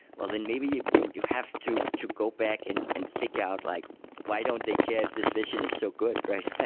well then maybe you you have to to go back and and figure out, like why don't they care if this vision is so good?